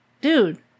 Dude